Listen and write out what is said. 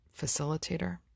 facilitator